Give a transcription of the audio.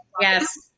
Yes